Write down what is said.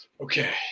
okay